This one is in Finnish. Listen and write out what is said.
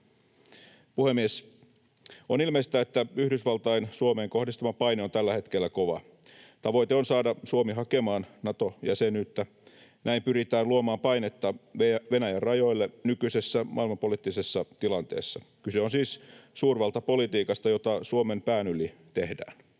On ilmeistä, että Yhdysvaltain Suomeen kohdistuva paine on tällä hetkellä kova. Tavoite on saada Suomi hakemaan Nato-jäsenyyttä. Näin pyritään luomaan painetta Venäjän rajoille nykyisessä maailmanpoliittisessa tilanteessa. Kyse on siis suurvaltapolitiikasta, jota Suomen pään yli tehdään.